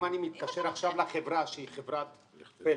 אם אני מתקשר עכשיו לחברה שהיא חברת פלאפון,